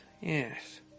yes